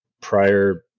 prior –